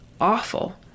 awful